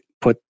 put